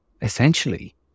essentially